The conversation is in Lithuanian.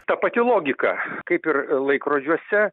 ta pati logika kaip ir laikrodžiuose